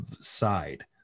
side